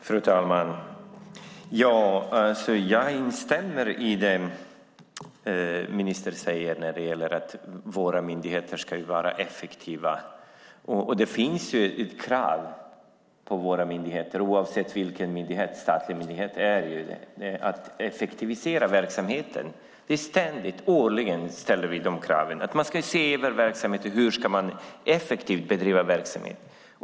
Fru talman! Jag instämmer i vad ministern säger när det gäller att våra myndigheter ska vara effektiva. Det finns krav på våra myndigheter, oavsett vilken statlig myndighet det är fråga om, att effektivisera verksamheterna. Varje år ställs kraven att se över verksamheter. Hur ska man effektivt bedriva verksamhet?